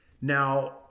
Now